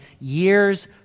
years